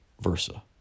versa